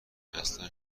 اصلا